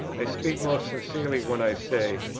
i speak most sincerely when i say,